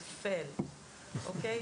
ט.פ.ל., אוקיי?